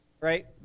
Right